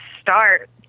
start